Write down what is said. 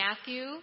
Matthew